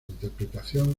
interpretación